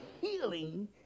healing